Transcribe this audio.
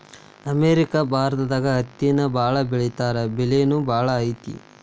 America ಭಾರತದಾಗ ಹತ್ತಿನ ಬಾಳ ಬೆಳಿತಾರಾ ಬೆಲಿನು ಬಾಳ ಐತಿ